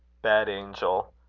bad angel.